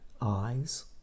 eyes